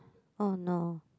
oh no